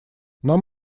нам